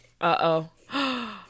Uh-oh